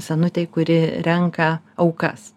senutei kuri renka aukas